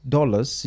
dollars